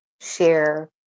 share